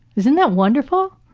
isn't that wonderful?